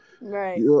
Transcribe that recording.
Right